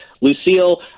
Lucille